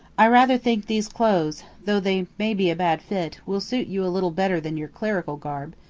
i rather think these clothes, though they may be a bad fit, will suit you a little better than your clerical garb,